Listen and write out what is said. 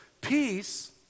peace